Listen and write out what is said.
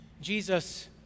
Jesus